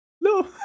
No